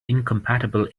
incompatible